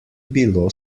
bilo